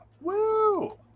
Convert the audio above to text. Woo